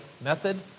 method